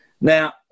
Now